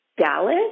Dallas